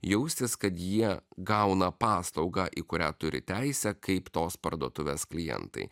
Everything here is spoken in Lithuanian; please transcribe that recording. jaustis kad jie gauna paslaugą į kurią turi teisę kaip tos parduotuvės klientai